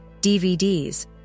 DVDs